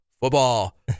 Football